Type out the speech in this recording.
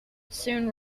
soon